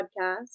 podcast